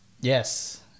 yes